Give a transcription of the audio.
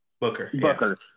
Booker